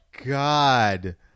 god